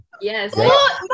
Yes